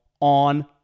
on